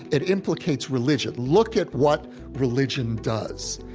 it implicates religion. look at what religion does.